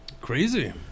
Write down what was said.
Crazy